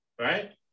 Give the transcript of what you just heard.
right